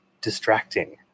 distracting